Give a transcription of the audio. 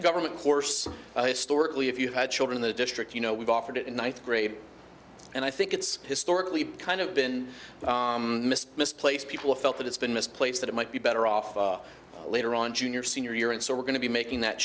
the government course historically if you had children the district you know we've offered it in night and i think it's historically kind of been misplaced people felt that it's been misplaced that it might be better off later on junior senior year and so we're going to be making that